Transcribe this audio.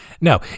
No